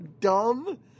dumb